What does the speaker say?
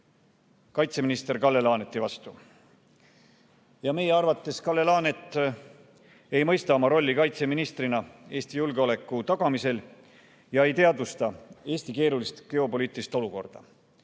kaitseminister Kalle Laaneti vastu. Meie arvates ei mõista Kalle Laanet oma rolli kaitseministrina Eesti julgeoleku tagamisel ega teadvusta Eesti keerulist geopoliitilist olukorda.